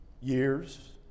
years